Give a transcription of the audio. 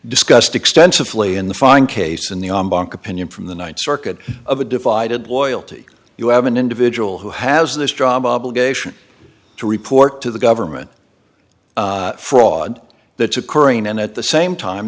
discussed extensively in the fine case in the on bank opinion from the ninth circuit of a divided loyalty you have an individual who has this drama obligation to report to the government fraud that's occurring and at the same time